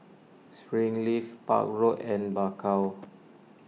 Springleaf Park Road and Bakau